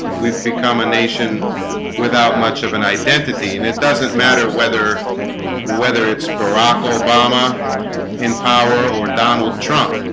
we've become a nation without much of an identity, and it doesn't matter whether whether it's barack obama in power or donald trump